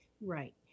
right